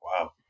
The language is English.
Wow